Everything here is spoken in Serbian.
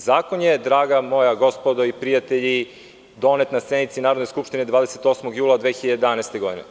Zakon je, draga moja gospodo i prijatelji, donet na sednici narodne skupštine 28. jula 2011. godine.